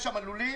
יש שם לולים,